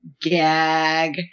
gag